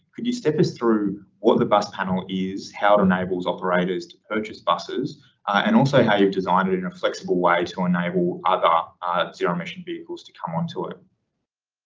could you step us through what the bus panel is, how it enables operators to purchase buses and also how you've designed it in a flexible way to enable other zero emission vehicles to come onto it.